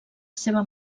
seva